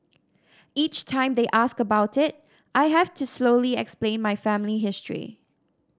each time they ask about it I have to slowly explain my family history